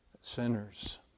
sinners